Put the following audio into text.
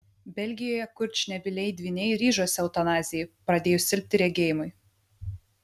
belgijoje kurčnebyliai dvyniai ryžosi eutanazijai pradėjus silpti regėjimui